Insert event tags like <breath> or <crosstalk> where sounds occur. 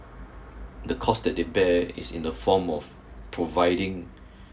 the cost that they bear is in the form of providing <breath>